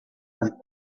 and